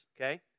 okay